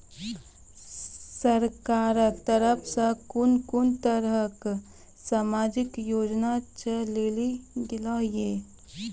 सरकारक तरफ सॅ कून कून तरहक समाजिक योजना चलेली गेलै ये?